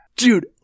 Dude